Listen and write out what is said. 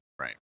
Right